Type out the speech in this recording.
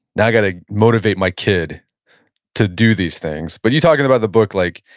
now, i gotta motivate my kid to do these things. but you're talking about the book, like,